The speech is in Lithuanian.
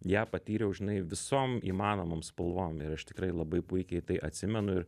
ją patyriau žinai visom įmanomom spalvom ir aš tikrai labai puikiai tai atsimenu ir